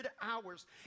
hours